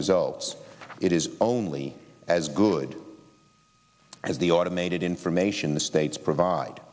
results it is only as good as the automated information the states provide